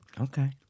Okay